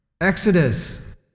Exodus